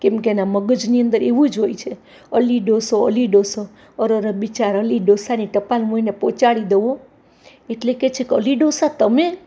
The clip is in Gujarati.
કેમકે એના મગજની અંદર એવું જ હોય છે અલી ડોસો અલી ડોસો અરર બિચારા અલી ડોસાની ટપાલ હું એને પહોંચાડી દઉં એટલે કહે છે કે અલી ડોસા તમે